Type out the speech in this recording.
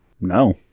No